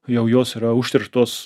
jau jos yra užterštos